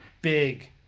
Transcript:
big